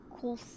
cool